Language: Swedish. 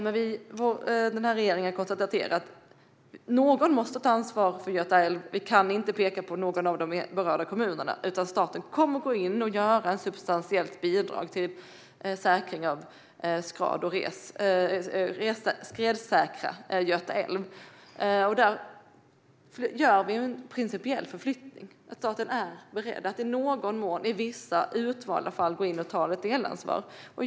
Men den här regeringen har konstaterat att någon måste ta ansvar för Göta älv. Vi kan inte peka på någon av de berörda kommunerna, utan staten kommer att gå in och ge ett substantiellt bidrag för att man ska kunna skredsäkra Göta älv. Där gör vi en principiell förflyttning. Staten är beredd att i någon mån, i vissa utvalda fall, gå in och ta ett delansvar.